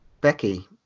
Becky